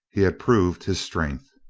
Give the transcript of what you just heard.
he had proved his strength.